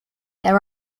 there